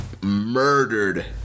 murdered